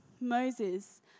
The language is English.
Moses